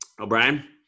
O'Brien